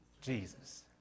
Jesus